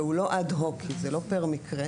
הוא לא אד-הוקי; זה לא פר מקרה,